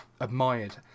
admired